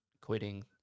quitting